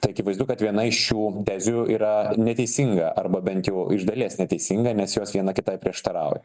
tai akivaizdu kad viena iš šių tezių yra neteisinga arba bent jau iš dalies neteisinga nes jos viena kitai prieštarauja